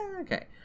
okay